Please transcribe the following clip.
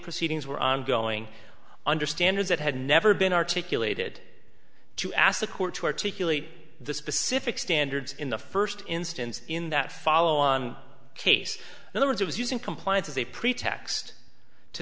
proceedings were ongoing understands that had never been articulated to ask the court to articulate the specific standards in the first instance in that follow on case in other words i was using compliance as a pretext to